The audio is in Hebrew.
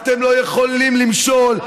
אתם לא יכולים למשול.